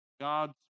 God's